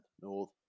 North